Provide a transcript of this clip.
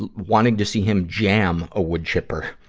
and wanting to see him jam a wood chipper.